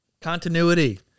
continuity